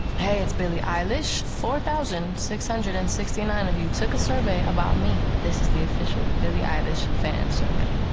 hey, it's billie eilish. four thousand six hundred and sixty nine of you took a survey about me. this is the official billie eilish fan survey.